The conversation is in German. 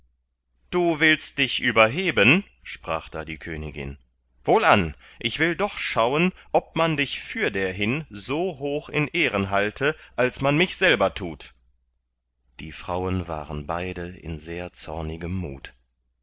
du willst dich überheben sprach da die königin wohlan ich will doch schauen ob man dich fürderhin so hoch in ehren halte als man mich selber tut die frauen waren beide in sehr zornigem mut